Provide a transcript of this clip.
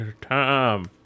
time